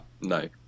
no